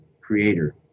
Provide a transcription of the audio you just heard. creator